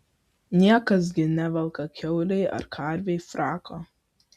niekas gi nevelka kiaulei ar karvei frako